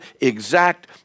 exact